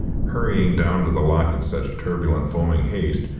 hurrying down to the loch in such turbulent foaming haste,